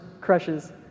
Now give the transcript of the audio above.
crushes